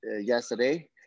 yesterday